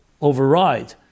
override